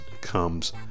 comes